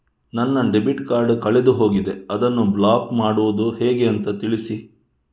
ನನ್ನ debit card ಕಳೆದು ಹೋಗಿದೆ, ಅದನ್ನು ಬ್ಲಾಕ್ ಮಾಡುವುದು ಹೇಗೆ ಅಂತ ತಿಳಿಸಿ?